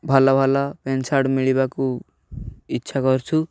ଭଲ ଭଲ pant shirt ମିଳିବାକୁ ଇଚ୍ଛା କରଛୁ